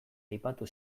aipatu